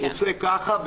עושה ככה,